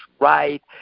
right